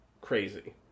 crazy